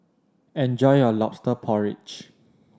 enjoy your Lobster Porridge